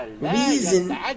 reason